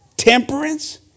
Temperance